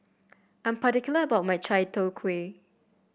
I'm particular about my Chai Tow Kuay